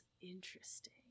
interesting